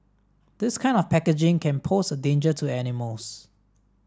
this kind of packaging can pose a danger to animals